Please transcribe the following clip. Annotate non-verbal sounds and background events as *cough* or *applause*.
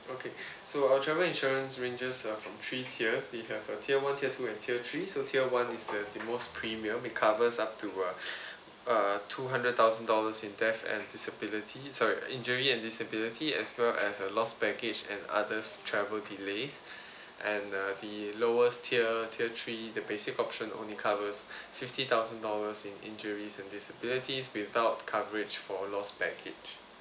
okay *breath* so our travel insurance ranges uh from three tiers they have uh tier one tier two and tier three so tier one is the the most premium it covers up to uh *breath* uh two hundred thousand dollars in death and disability sorry injury and disability as well as uh loss baggage and others travel delays *breath* and uh the lowest tier tier three the basic option only covers *breath* fifty thousand dollars in injuries and disabilities without coverage for loss baggage